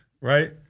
right